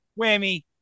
Whammy